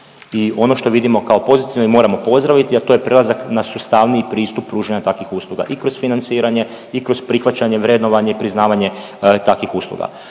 i ono što vidimo kao pozitivno i moramo pozdraviti, a to je prelazak na sustavniji pristup pružanja takvih usluga i kroz financiranje i kroz prihvaćanje, vrednovanje i priznavanje takvih usluga.